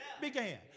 began